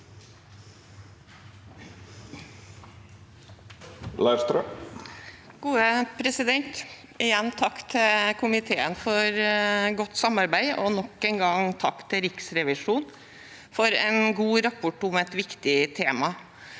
for saken): Igjen takk til komiteen for godt samarbeid, og nok en gang takk til Riksrevisjonen for en god rapport om et viktig tema: